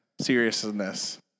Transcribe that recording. seriousness